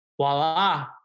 voila